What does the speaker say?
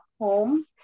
home